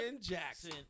Jackson